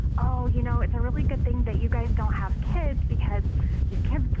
oh, you know, it's a really good thing that you guys don't have kids because your kids,